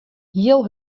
hiel